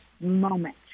moment